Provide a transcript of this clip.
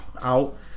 out